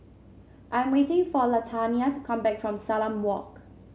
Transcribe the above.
I am waiting for Latanya to come back from Salam Walk